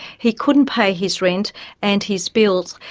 he couldn't pay his rent and his bills,